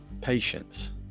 patience